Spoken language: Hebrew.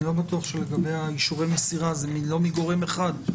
אני לא בטוח לגבי אישורי מסירה, זה לא מגורם אחד.